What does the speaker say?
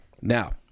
now